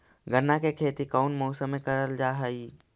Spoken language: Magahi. गन्ना के खेती कोउन मौसम मे करल जा हई?